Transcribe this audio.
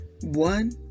One